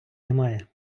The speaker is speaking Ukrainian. немає